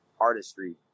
artistry